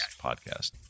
podcast